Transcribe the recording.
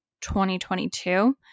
2022